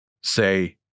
Say